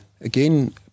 Again